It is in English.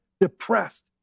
depressed